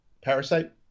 Parasite